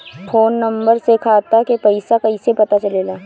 Phone number से खाता के पइसा कईसे पता चलेला?